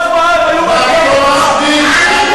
הם היו מהגרי עבודה,